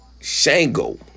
Shango